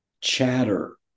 chatter